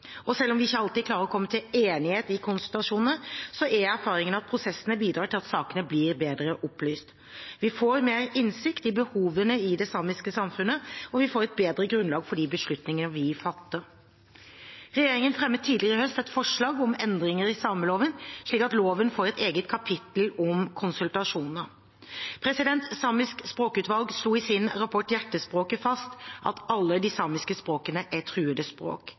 Og selv om vi ikke alltid klarer å komme til enighet i konsultasjonene, er erfaringene at prosessene bidrar til at sakene blir bedre opplyst. Vi får mer innsikt i behovene i det samiske samfunnet, og vi får et bedre grunnlag for de beslutningene vi fatter. Regjeringen fremmet tidligere i høst et forslag om endringer i sameloven, slik at loven får et eget kapittel om konsultasjoner. Samisk språkutvalg slo i sin rapport Hjertespråket fast at alle de samiske språkene er truede språk.